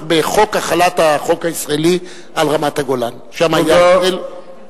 בחוק החלת החוק הישראלי על רמת-הגולן תודה,